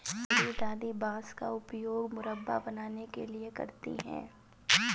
मेरी दादी बांस का उपयोग मुरब्बा बनाने के लिए करती हैं